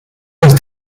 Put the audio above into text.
jest